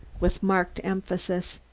with marked emphasis.